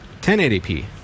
1080p